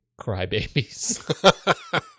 crybabies